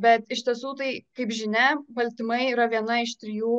bet iš tiesų tai kaip žinia baltymai yra viena iš trijų